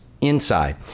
inside